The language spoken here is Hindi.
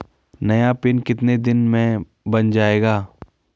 नया पिन कितने दिन में बन जायेगा?